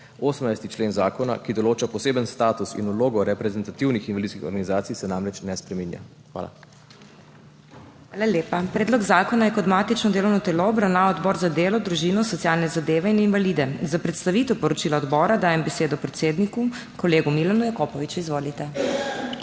18. člen zakona, ki določa poseben status in vlogo reprezentativnih invalidskih organizacij, se namreč ne spreminja. Hvala. **PODPREDSEDNICA MAG. MEIRA HOT:** Hvala lepa. Predlog zakona je kot matično delovno telo obravnaval Odbor za delo, družino, socialne zadeve in invalide. Za predstavitev poročila odbora dajem besedo predsedniku kolegu Milanu Jakopoviču. Izvolite.